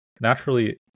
naturally